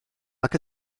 nac